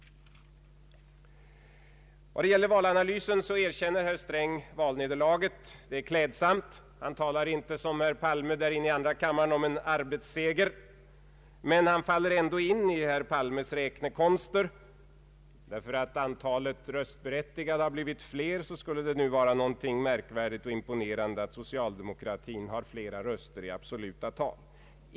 Vad gäller valanalysen erkänner herr Sträng valnederlaget. Det är klädsamt. Han talar inte som herr Palme inne i andra kammaren om en arbetsseger. Men han faller ändå in i herr Palmes räknekonster: därför att antalet röster blivit fler skulle det nu vara någonting märkvärdigt och imponerande att socialdemokratin har fått flera röster i absoluta tal.